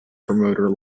promoter